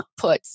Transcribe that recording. outputs